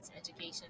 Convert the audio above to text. education